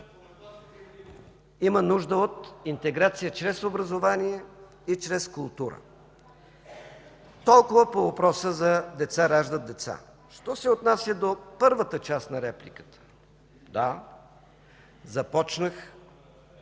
...има нужда от интеграция чрез образование и чрез култура. Толкова по въпроса за „деца раждат деца”. Що се отнася до първата част на репликата – да, започнах